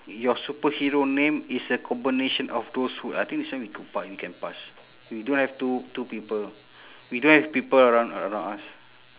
your superhero name is a combination of those who I think this one we could p~ we can pass we don't have two two people we don't have people around around us